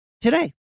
today